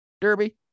derby